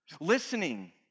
listening